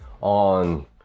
on